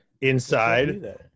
Inside